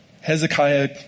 Hezekiah